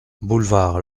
boulevard